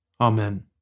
Amen